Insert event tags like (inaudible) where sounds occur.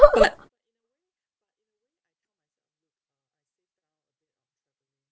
(laughs)